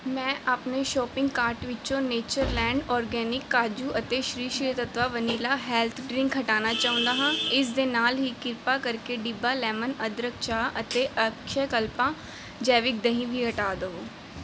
ਮੈਂ ਆਪਣੇ shopping cart ਵਿੱਚੋਂ ਨੇਚਰਲੈਂਡ ਆਰਗੈਨਿਕ ਕਾਜੂ ਅਤੇ Sri Sri Tattva vanilla health drink ਹਟਾਉਣਾ ਚਾਹੁੰਦਾ ਹਾਂ ਇਸ ਦੇ ਨਾਲ ਹੀ ਕਿਰਪਾ ਕਰਕੇ ਡਿੱਬਾ ਲੈਮਨ ਅਦਰਕ ਚਾਹ ਅਤੇ ਅਕਸ਼ਯਾਕਲਪਾ ਜੈਵਿਕ ਦਹੀਂ ਵੀ ਹਟਾ ਦਵੋ